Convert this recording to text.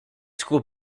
school